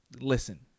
listen